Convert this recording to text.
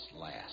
last